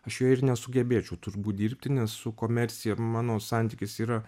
aš joj ir nesugebėčiau turbūt dirbti nes su komercija mano santykis yra